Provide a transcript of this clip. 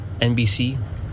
NBC